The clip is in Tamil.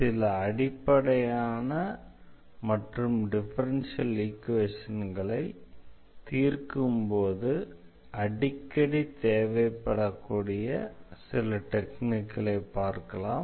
சில அடிப்படையான மற்றும் டிஃபரன்ஷியல் ஈக்வேஷன்களை தீர்க்கும் போது அடிக்கடி தேவைப்படக்கூடிய சில டெக்னிக்குகளை பார்க்கலாம்